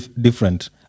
different